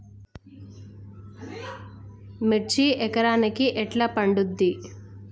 మిర్చి ఎకరానికి ఎట్లా పండుద్ధి?